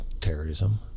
terrorism